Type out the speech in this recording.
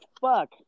fuck